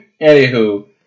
Anywho